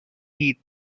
heath